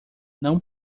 não